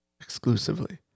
exclusively